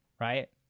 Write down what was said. right